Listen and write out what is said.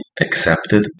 accepted